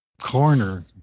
corner